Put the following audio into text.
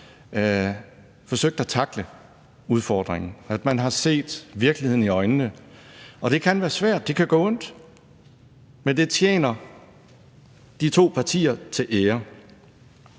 forsøgt at tackle udfordringen, at de har set virkeligheden i øjnene. Det kan være svært, og det kan gøre ondt, men det tjener de to partier til ære.